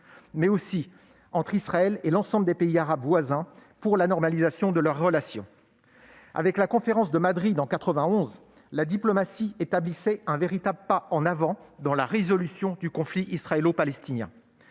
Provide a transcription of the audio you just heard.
mais aussi entre Israël et l'ensemble des pays arabes voisins, pour la normalisation de leurs relations. Avec la conférence de Madrid en 1991, la diplomatie établissait un véritable pas en avant dans la résolution du conflit israélo-palestinien.